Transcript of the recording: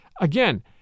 Again